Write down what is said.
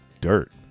dirt